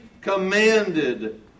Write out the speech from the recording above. commanded